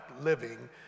living